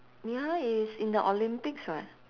ya it is in the olympics [what]